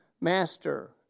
Master